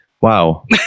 Wow